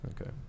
Okay